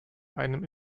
einem